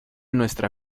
nuestra